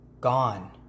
gone